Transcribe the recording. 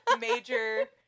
major